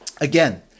again